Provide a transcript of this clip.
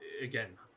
again